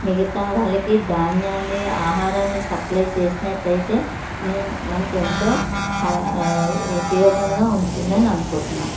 మిగతా వాళ్ళకి ధాన్యాన్ని ఆహారాన్ని సప్లయ్ చేసినట్టు అయితే మనకు ఎంతో ఉపయోగంగా ఉంటుంది అని అనుకుంటున్నాను